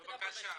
אל תדברו בשמי.